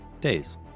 days